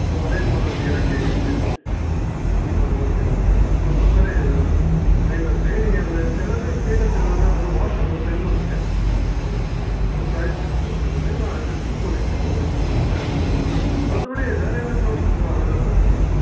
ஓ arrange பண்ணுறதுக்காக கேட்குறிங்க ஆ ஓகே ஓகே மேடம் கம்பல்சரி இதை நான் மைண்டில் வச்சுக்கிறேன் நீங்கள் அது எல்லாமே ஸ்டேட்டஸ் எல்லாமே வந்து வாட்ஸ்அப்பில் சென்ட் பண்ணுங்க இப்போ ப்ரைஸ் லிஸ்ட்டஸ் எல்லாமே நாங்கள் டிஸ்கஸ் பண்ணிவிட்டு உங்களுக்கு வந்து ஷேர் பண்ணுறோம் மற்றபடி வேறு என்ன ஃப்ரூட்ஸஸெலாம் அவைலபிளாக இருக்குது மேடம்